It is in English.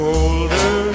older